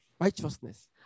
righteousness